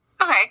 Okay